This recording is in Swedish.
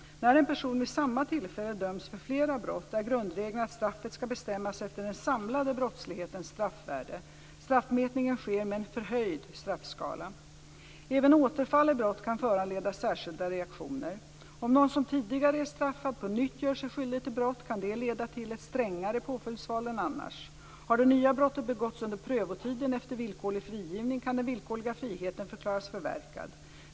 När en person vid samma tillfälle döms för flera brott är grundregeln att straffet ska bestämmas efter den samlade brottslighetens straffvärde. Straffmätningen sker med en förhöjd straffskala. Även återfall i brott kan föranleda särskilda reaktioner. Om någon som tidigare är straffad på nytt gör sig skyldig till brott kan detta leda till ett strängare påföljdsval än annars. Har det nya brottet begåtts under prövotiden efter villkorlig frigivning kan den villkorliga friheten förklaras förverkad.